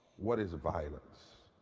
what is violence?